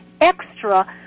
extra